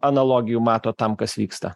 analogijų matot tam kas vyksta